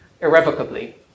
irrevocably